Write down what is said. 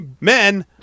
men